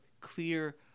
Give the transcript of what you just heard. clear